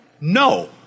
No